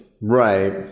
Right